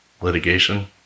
litigation